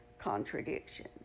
contradictions